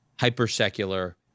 hyper-secular